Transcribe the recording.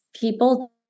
people